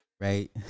right